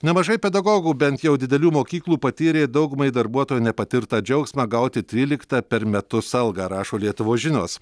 nemažai pedagogų bent jau didelių mokyklų patyrė daugumai darbuotojų nepatirtą džiaugsmą gauti tryliktą per metus algą rašo lietuvos žinios